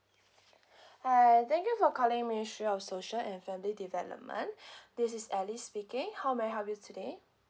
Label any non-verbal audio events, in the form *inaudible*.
*breath* hi thank you for calling ministry of social and family development *breath* this is alice speaking how may I help you today